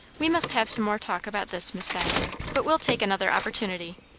we must have some more talk about this, miss diana but we'll take another opportunity,